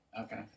Okay